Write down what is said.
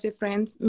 friends